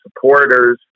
supporters